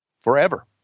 Forever